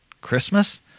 Christmas